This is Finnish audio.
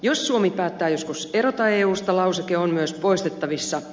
jos suomi päättää joskus erota eusta lauseke on myös poistettavissa